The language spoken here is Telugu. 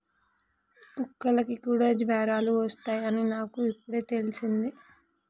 కుక్కలకి కూడా జ్వరాలు వస్తాయ్ అని నాకు ఇప్పుడే తెల్సింది